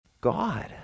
God